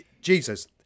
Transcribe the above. Jesus